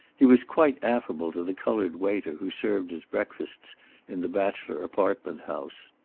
he was quite affable to the colored waiter who served his breakfasts in the bachelor apartment house,